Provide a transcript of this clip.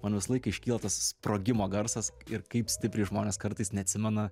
man visą laiką iškyla tas sprogimo garsas ir kaip stipriai žmonės kartais neatsimena